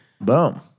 Boom